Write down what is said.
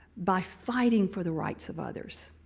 by fighting for the rights' of others.